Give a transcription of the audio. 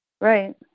Right